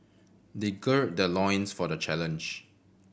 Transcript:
they gird their loins for the challenge